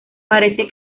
parece